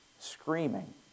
screaming